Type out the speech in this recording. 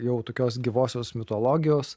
jau tokios gyvosios mitologijos